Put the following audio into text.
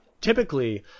typically